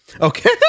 okay